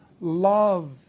love